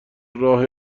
راه